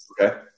Okay